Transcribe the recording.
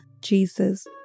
Jesus